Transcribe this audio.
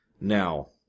Now